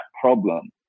problem